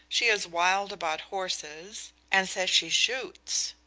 she is wild about horses, and says she shoots.